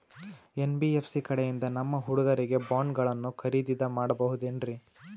NBFC ಕಡೆಯಿಂದ ನಮ್ಮ ಹುಡುಗರಿಗೆ ಬಾಂಡ್ ಗಳನ್ನು ಖರೀದಿದ ಮಾಡಬಹುದೇನ್ರಿ?